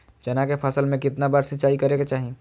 चना के फसल में कितना बार सिंचाई करें के चाहि?